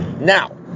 Now